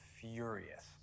furious